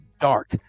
dark